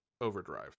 Overdrive